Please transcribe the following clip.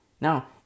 Now